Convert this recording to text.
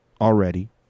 already